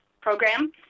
program